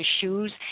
shoes